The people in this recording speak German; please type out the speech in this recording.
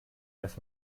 dass